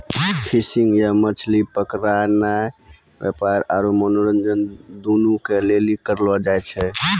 fishing या मछली पकड़नाय व्यापार आरु मनोरंजन दुनू के लेली करलो जाय छै